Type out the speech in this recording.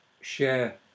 share